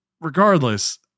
regardless